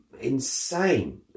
insane